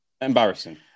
Embarrassing